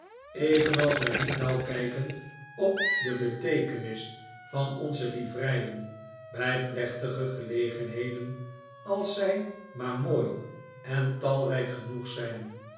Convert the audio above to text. evenals wij niet nauw kijken op de beteekenis van onze livreien bij plechtige gelegenheden als zij maar mooi en talrijk genoeg zijn